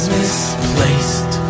misplaced